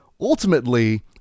ultimately